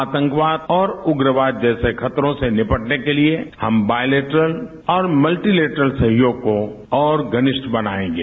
आतंकवाद और उग्रवाद जैसे खतरों से निपटने के लिए हम बायलेटरल और मल्टीलेटरल सहयोग को और घनिष्ठ बनाएगें